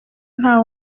nta